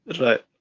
Right